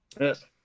Yes